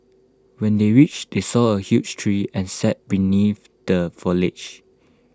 when they reached they saw A huge tree and sat beneath the foliage